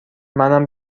منم